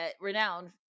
renowned